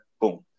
boom